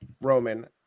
Roman